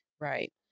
Right